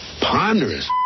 Ponderous